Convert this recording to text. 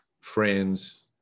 friends